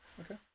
okay